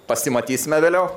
pasimatysime vėliau